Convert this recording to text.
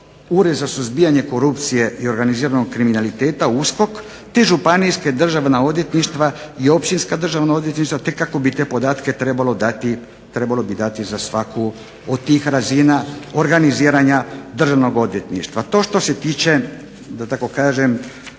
Ured za suzbijanje korupcije i organiziranog kriminaliteta USKOK te županijska državna odvjetništva i općinska državna odvjetništva te kako bi te podatke trebalo dati za svaku od tih razina organiziranja državnog odvjetništva. To što se tiče da tako kažem